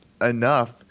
enough